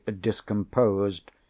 discomposed